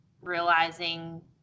realizing